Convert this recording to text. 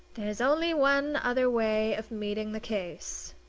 there's only one other way of meeting the case.